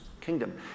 kingdom